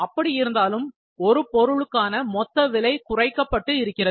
அப்படி இருந்தாலும் ஒரு பொருளுக்கான மொத்த விலை குறைக்கப்பட்டு இருக்கிறது